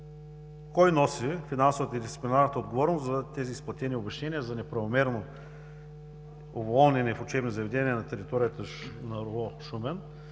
кой носи финансовата и дисциплинарната отговорност за тези изплатени обезщетения за неправомерно уволнени в учебни заведения на територията на РУО – Шумен,